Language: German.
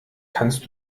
kannst